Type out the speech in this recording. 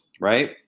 Right